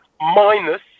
minus